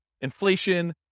inflation